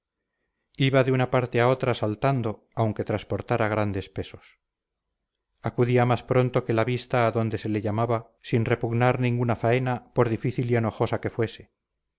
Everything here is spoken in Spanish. iba de una parte a otra saltando aunque transportara grandes pesos acudía más pronto que la vista a donde se le llamaba sin repugnar ninguna faena por difícil y enojosa que fuese